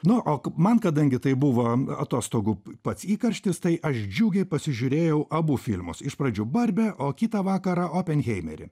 na o man kadangi tai buvo atostogų pats įkarštis tai aš džiugiai pasižiūrėjau abu filmus iš pradžių barbę o kitą vakarą openheimerį